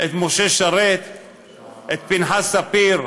את משה שרת, את פנחס ספיר,